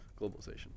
globalization